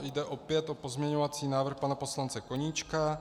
Jde opět o pozměňovací návrh pana poslance Koníčka.